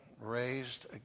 raised